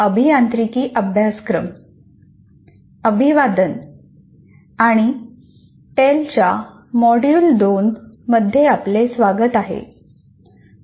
अभिवादन आणि टेल च्या मॉड्यूल 2 मध्ये आपले स्वागत आहे